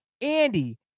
Andy